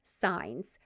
signs